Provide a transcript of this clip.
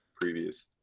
previous